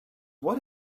what